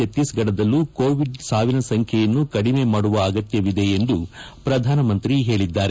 ಚತ್ತೀಸ್ಗಢದಲ್ಲೂ Covid ಸಾವಿನ ಸಂಖ್ಯೆಯನ್ನು ಕಡಿಮೆ ಮಾಡುವ ಅಗತ್ಯವಿದೆ ಎಂದು ಪ್ರಧಾನಮಂತ್ರಿ ಹೇಳಿದ್ದಾರೆ